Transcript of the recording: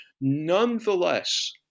Nonetheless